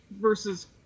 versus